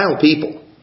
people